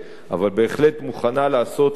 אבל בהחלט מוכנה לעשות הרבה